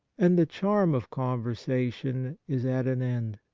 and the charm of conversation is at an end.